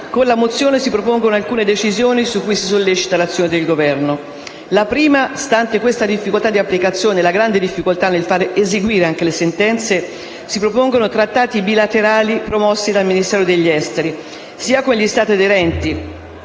nostro esame si propongono alcune decisioni su cui si sollecita l'azione del Governo: in merito alla prima, stante la difficoltà di applicazione e la grande difficoltà di fare eseguire le sentenze, si propongono trattati bilaterali promossi dal Ministero degli affari esteri, sia con gli Stati aderenti